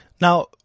Now